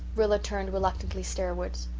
rilla turned reluctantly stairwards.